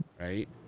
right